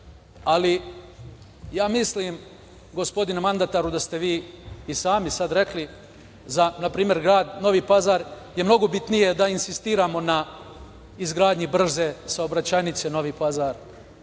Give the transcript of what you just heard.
ali ja mislim, gospodine mandataru, da ste vi i sami sad rekli za npr. grad Novi Pazar je mnogo bitnije da insistiramo na izgradnji brze saobraćajnice Novi